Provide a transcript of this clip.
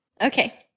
Okay